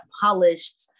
polished